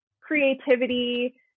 creativity